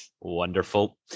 Wonderful